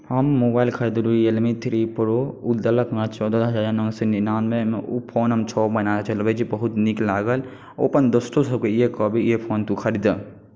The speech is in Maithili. हम मोबाइल खरीदलहुँ रियलमी थ्री प्रो ओ देलक हमरा चौदह हजार नओ सओ निन्यानवेमे ओ फोन हम छओ महिनासँ चलबै छी बहुत नीक लागल ओ अपन दोस्तो सबके इएह कहबै इएह फोन तू खरीदऽ